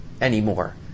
anymore